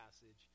passage